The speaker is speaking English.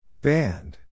Band